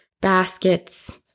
baskets